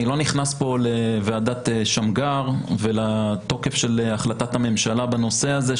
אני לא נכנס פה לוועדת שמגר ולתוקף של החלטת הממשלה בנושא הזה,